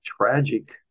tragic